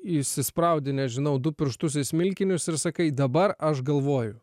įsispraudi nežinau du pirštus į smilkinius ir sakai dabar aš galvoju